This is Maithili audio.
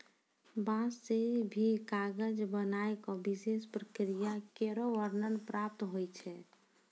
बांस सें भी कागज बनाय क विशेष प्रक्रिया केरो वर्णन प्राप्त होय छै